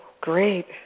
great